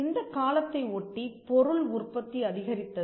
இந்தக் காலத்தை ஒட்டிப் பொருள் உற்பத்தி அதிகரித்தது